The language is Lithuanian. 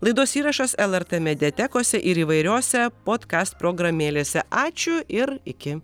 laidos įrašas lrt mediatekose ir įvairiose podkast programėlėse ačiū ir iki